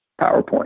PowerPoint